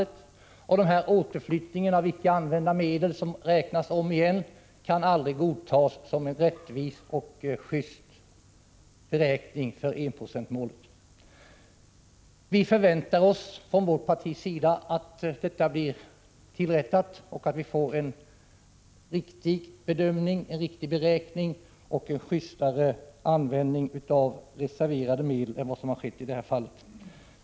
Det är inte fallet! Återflyttningen av icke använda medel, som räknas igen, kan aldrig godtas som en rättvis och just medtod för beräkning av enprocentmålet. Vi förväntar oss från vårt parti att detta rättas till och att vi får en riktigare beräkning och en justare användning av reserverade medel än hittills.